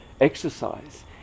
exercise